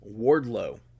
Wardlow